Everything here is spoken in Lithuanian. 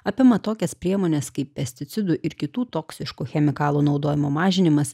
apima tokias priemones kaip pesticidų ir kitų toksiškų chemikalų naudojimo mažinimas